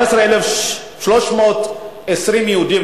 ש-14,320 יהודים,